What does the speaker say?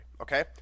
okay